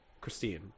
christine